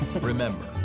Remember